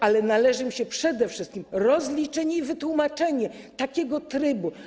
Ale należy im się przede wszystkim rozliczenie i wytłumaczenie takiego trybu.